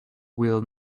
will